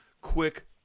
quick